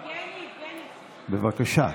בבקשה.